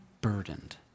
burdened